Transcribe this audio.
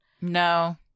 no